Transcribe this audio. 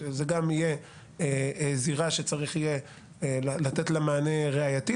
זו תהיה זירה שצריך יהיה לתת לה מענה ראייתי,